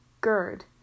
Gird